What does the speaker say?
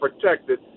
protected